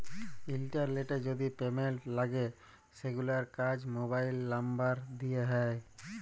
ইলটারলেটে যদি পেমেল্ট লাগে সেগুলার কাজ মোবাইল লামবার দ্যিয়ে হয়